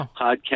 podcast